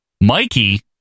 Mikey